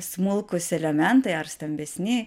smulkūs elementai ar stambesni